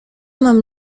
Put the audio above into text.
mam